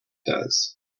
does